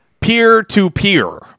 peer-to-peer